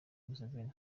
museveni